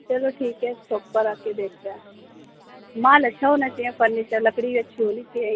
چلو ٹھیک ہے شاپ پر آ کے دیکھتے ہیں مال اچھا ہونا چاہیے فرنیچر لکڑی اچھی ہونی چاہیے